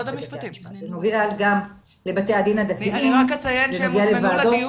זה נוגע גם לבתי הדין הדתיים, זה נוגע לועדות.